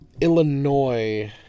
illinois